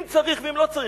אם צריך ואם לא צריך.